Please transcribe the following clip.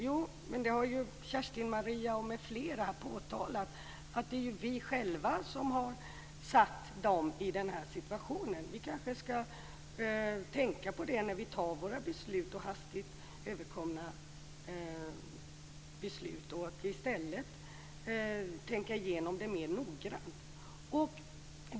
Jo, men Kerstin-Maria m.fl. har ju påtalat att det är vi själva som har satt kassorna i den här situationen. Vi kanske skall tänka på det när vi fattar våra beslut så hastigt, och i stället tänka igenom dem mer noggrant.